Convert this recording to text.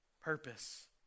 purpose